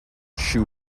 shoes